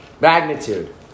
Magnitude